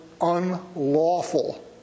unlawful